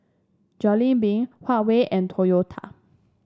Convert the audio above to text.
Jollibee Huawei and Toyota